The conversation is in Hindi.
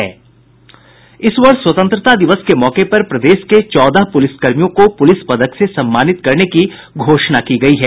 इस वर्ष स्वतंत्रता दिवस के मौके पर प्रदेश के चौदह पुलिसकर्मियों को प्रलिस पदक से सम्मानित करने की घोषणा की गयी है